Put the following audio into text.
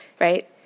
right